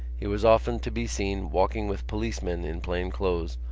he was often to be seen walking with policemen in plain clothes,